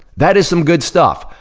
that is some good stuff.